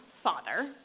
Father